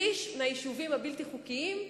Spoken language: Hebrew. שליש מהיישובים הבלתי-חוקיים,